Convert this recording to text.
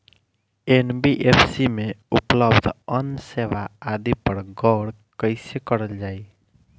NBFC में उपलब्ध अन्य सेवा आदि पर गौर कइसे करल जाइ?